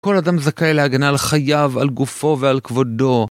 כל אדם זכאי להגנה על חייו, על גופו ועל כבודו